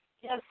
Yes